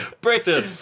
Britain